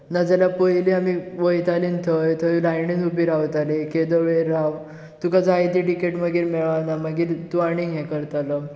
ना जाल्यार पयलीं आमी वयतालीं थंय थंय लायनीन उबी रावतालीं केदो वेळ रावन तुका जाय ती तिकेट मागीर मेळना मागीर तूं आनीक ए करतलो